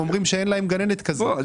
הם אומרים שאין להם גננת כזאת.